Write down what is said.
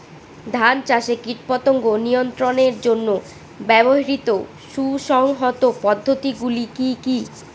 ধান চাষে কীটপতঙ্গ নিয়ন্ত্রণের জন্য ব্যবহৃত সুসংহত পদ্ধতিগুলি কি কি?